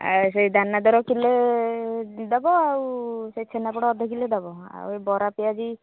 ଆଉ ସେଇ ଦାନାଦାର କିଲେ ଦେବ ଆଉ ସେ ଛେନାପୋଡ଼ ଅଧ କିଲେ ଦେବ ଆଉ ଏଇ ବରା ପିଆଜି